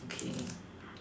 okay